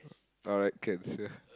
ah right cancer